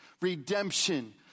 Redemption